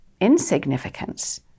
insignificance